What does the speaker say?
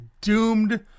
doomed